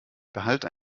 behalte